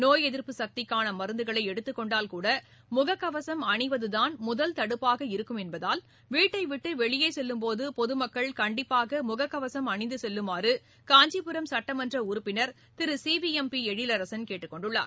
நோய் எதிர்ப்பு சக்திக்கான மருந்துகளை எடுத்துக்கொண்டால் கூட முகக்கவசம் அணிவது தான் முதல் தடுப்பாக இருக்கும் என்பதால் வீட்டைவிட்டு வெளியே செல்லும் பொது மக்கள் கண்டிப்பாக முகக்கவசம் அணிந்து செல்லுமாறு காஞ்சிபுரம் சட்டமன்ற உறுப்பினர் திரு C V M P Ezhilarasan கேட்டுக்கொண்டுள்ளார்